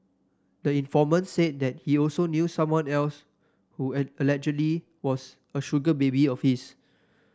the informant said that he also knew someone else who allegedly was a sugar baby of his